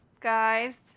guys